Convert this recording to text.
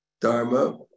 Dharma